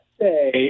say